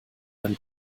ein